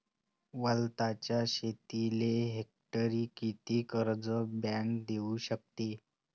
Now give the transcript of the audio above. वलताच्या शेतीले हेक्टरी किती कर्ज बँक देऊ शकते?